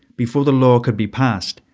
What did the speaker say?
before the law could be passed,